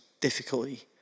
difficulty